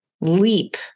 leap